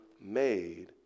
made